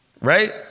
Right